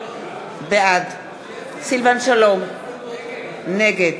בעד סילבן שלום, נגד